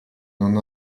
non